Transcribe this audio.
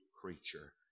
creature